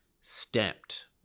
stamped